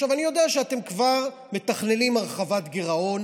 אני יודע שאתם כבר מתכננים הרחבת גירעון